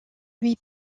lui